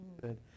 good